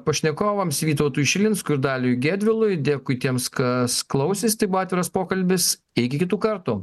pašnekovams vytautui šilinskui ir daliui gedvilui dėkui tiems kas klausėsi tai buvo atviras pokalbis iki kitų kartų